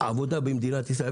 עבודה במדינת ישראל,